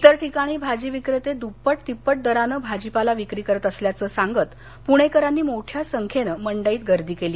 इतर ठिकाणी भाजी विक्रेते दुप्पट तिप्पट दरानं भाजीपाला विक्री करत असल्याचं सांगत पूणेकरांनी मोठ्या संख्येनं मंडईत गर्दी केली